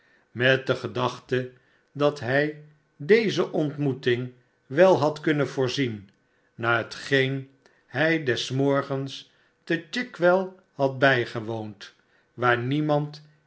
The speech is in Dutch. hij deze ontmoetmg wel had kunnen voorzien na hetgeen hij des morgens te chigwell had bijgewoond waar niemand